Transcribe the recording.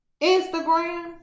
Instagram